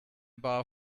bar